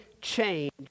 change